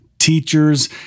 teachers